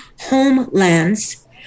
homelands